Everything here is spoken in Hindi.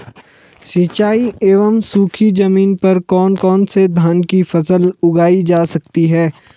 सिंचाई एवं सूखी जमीन पर कौन कौन से धान की फसल उगाई जा सकती है?